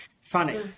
funny